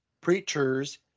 preachers